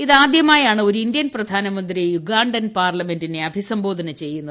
ഇത് ആദ്യമായാണ് ഒരു ഇന്ത്യൻ പ്രധാനമന്ത്രി ഉഗാ ൻ പാർലമെന്റിനെ അഭിസംബോധന ചെയ്യുന്നത്